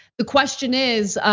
the question is,